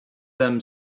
them